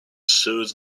suit